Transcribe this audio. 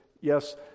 yes